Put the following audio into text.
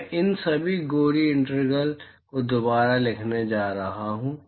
मैं इन सभी गोरी इंटीग्रल्स को दोबारा नहीं लिखने जा रहा हूँ